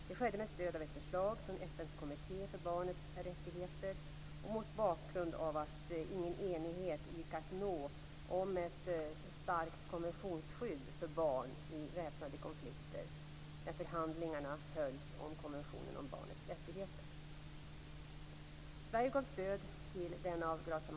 Det skedde med stöd av ett förslag från FN:s kommitté för barnets rättigheter och mot bakgrund av att ingen enighet gick att nå om ett starkt konventionsskydd för barn i väpnade konflikter när förhandlingarna hölls om konventionen om barnets rättigheter.